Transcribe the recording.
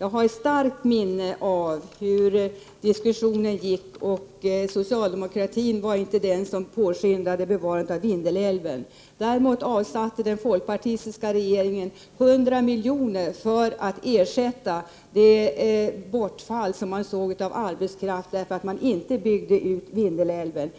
Jag har ett starkt minne av hur diskussionen fördes, och socialdemokraterna var inte de som påskyndade bevarandet av Vindelälven. Däremot avsatte den folkpartistiska regeringen 100 milj.kr. för att ersätta det bortfall av arbete som inte behövdes på grund av att Vindelälven inte byggdes ut.